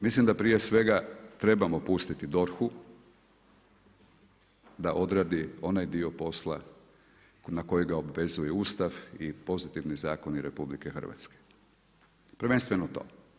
Mislim da prije svega trebamo pustiti DORH-u da odradi onaj dio posla na kojeg ga obvezuje Ustav i pozitivni zakoni RH, prvenstveno to.